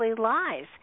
lies